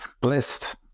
Blessed